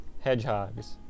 hedgehogs